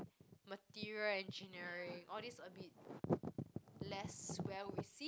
material engineering all these a bit less well received